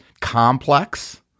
complex